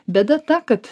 bėda ta kad